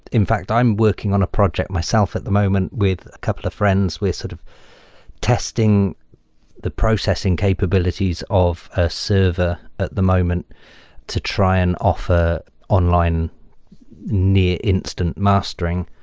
in fact, i'm working on a project myself at the moment with a couple of friends. we're sort of testing the processing capabilities of a server at the moment to try and offer online instant mastering.